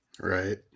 right